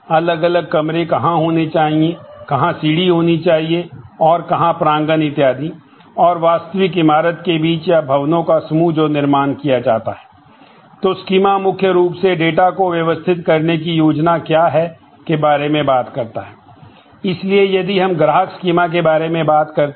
हम नियमित रूप से स्कीमा मुख्य रूप से डेटा को व्यवस्थित करने की योजना क्या है के बारे में बात करता है